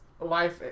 life